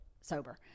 sober